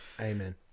Amen